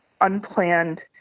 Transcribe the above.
unplanned